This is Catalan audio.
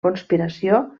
conspiració